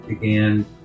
began